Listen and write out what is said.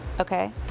okay